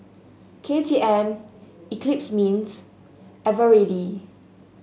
K T M Eclipse Mints Eveready